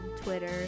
Twitter